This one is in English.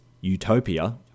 Utopia